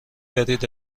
برید